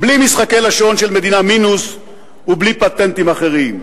בלי משחקי לשון של מדינה מינוס ובלי פטנטים אחרים.